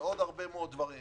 ועוד הרבה מאוד דברים.